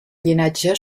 llinatge